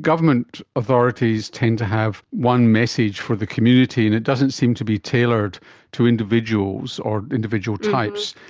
government authorities tend to have one message for the community, and it doesn't seem to be tailored to individuals or individual types.